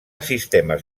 sistemes